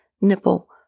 nipple